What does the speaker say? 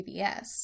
pbs